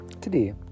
Today